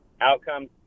Outcomes